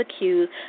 accused